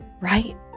right